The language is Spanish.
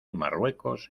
marruecos